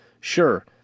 Sure